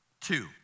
Two